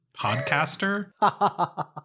podcaster